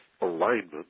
alignment